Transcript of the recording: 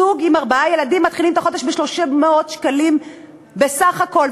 זוג עם ארבעה ילדים מתחילים את החודש עם 300 שקלים בסך הכול,